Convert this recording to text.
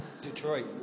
Detroit